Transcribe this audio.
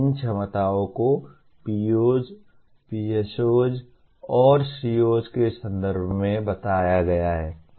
इन क्षमताओं को POs PSOs और COs के संदर्भ में बताया गया है